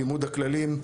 לימוד הכללים,